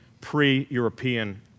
pre-European